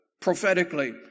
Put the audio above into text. prophetically